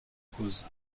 cause